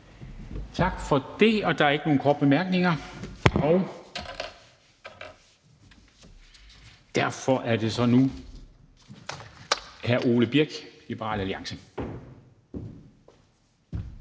Tak for det. Der er ikke nogen korte bemærkninger. Derfor er det så nu hr. Ole Birk Olesen, Liberal Alliance.